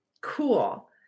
Cool